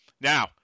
Now